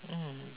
mm